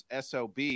SOB